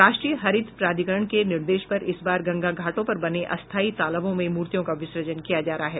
राष्ट्रीय हरित प्राधिकरण के निर्देश पर इस बार गंगा घाटों पर बने अस्थायी तालाबों में मूर्तियों का विसर्जन किया जा रहा है